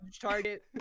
Target